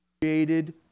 created